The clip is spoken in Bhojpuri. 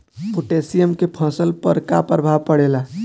पोटेशियम के फसल पर का प्रभाव पड़ेला?